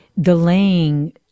delaying